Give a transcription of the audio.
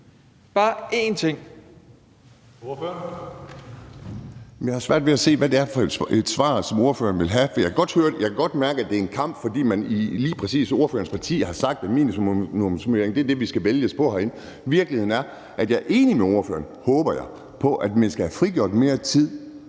jeg har svært ved at se, hvad det er for et svar, som ordføreren vil have. For jeg kan godt mærke, at det er en kamp, fordi man i lige præcis ordførerens parti har sagt, at minimumsnormeringer er det, vi skal vælges på herinde. Virkeligheden er, at jeg er enig med ordføreren, håber jeg, i, at man skal have frigjort mere tid